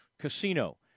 Casino